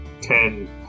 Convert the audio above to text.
ten